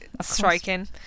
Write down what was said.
striking